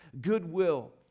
goodwill